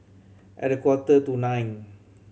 at a quarter to nine